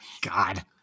God